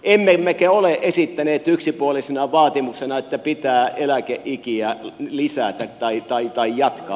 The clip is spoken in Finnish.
emme me ole esittäneet yksipuolisena vaatimuksena että pitää eläkeikiä lisätä tai jatkaa